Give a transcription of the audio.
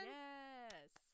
yes